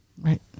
Right